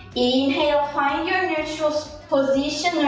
inhale find your neutral position,